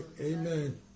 Amen